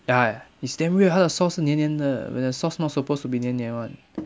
ya eh it's damn weird 他的 sauce 是黏黏的 when the sauce not supposed to be 黏黏 [one]